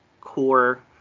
core